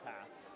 tasks